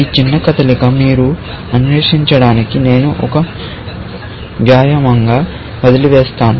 ఈ చిన్న కదలిక మీరు అన్వేషించడానికి నేను ఒక వ్యాయామంగా వదిలివేస్తాను